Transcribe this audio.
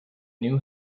new